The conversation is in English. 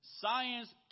science